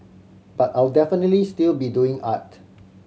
but I'll definitely still be doing art